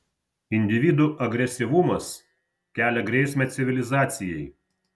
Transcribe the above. individų agresyvumas kelia grėsmę civilizacijai